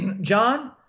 John